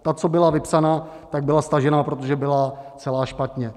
Ta, co byla vypsaná, tak byla stažená, protože byla celá špatně.